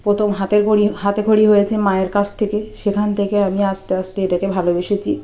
প্রথম হাতেখড়ি হাতেখড়ি হয়েছে মায়ের কাছ থেকে সেখান থেকে আমি আস্তে আস্তে এটাকে ভালোবেসেছি